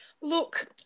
Look